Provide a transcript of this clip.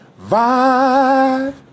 Vibe